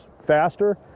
faster